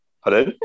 Hello